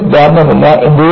നമുക്ക് ഒരു സിദ്ധാന്തമില്ല